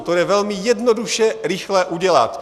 To jde velmi jednoduše rychle udělat.